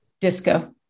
Disco